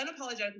unapologetically